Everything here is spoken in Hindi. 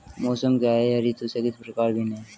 मौसम क्या है यह ऋतु से किस प्रकार भिन्न है?